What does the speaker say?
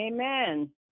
amen